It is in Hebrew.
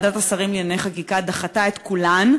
ועדת השרים לענייני חקיקה דחתה את כולן,